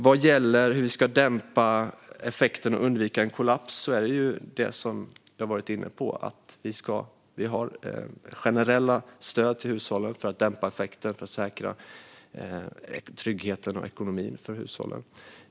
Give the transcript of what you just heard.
Vad gäller hur vi ska dämpa effekten och undvika en kollaps har vi, som vi har varit inne på, generella stöd till hushållen för att dämpa effekterna och säkra tryggheten och ekonomin för hushållen.